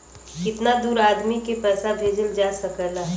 कितना दूर आदमी के पैसा भेजल जा सकला?